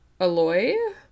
Aloy